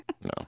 No